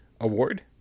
award